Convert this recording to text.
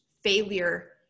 failure